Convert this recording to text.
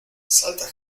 salta